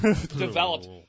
developed